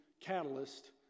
catalyst